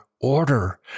order